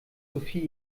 sophie